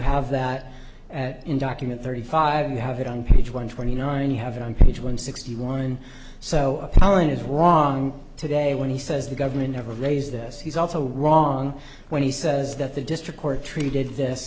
have that at in document thirty five you have it on page one twenty nine you have it on page one sixty one so appalling is wrong today when he says the government never raised this he's also wrong when he says that the district court treated this